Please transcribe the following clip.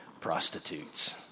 prostitutes